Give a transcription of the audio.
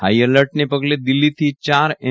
high એલર્ટને પગલે દિલ્હીથી ચાર એન